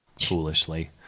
Foolishly